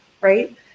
right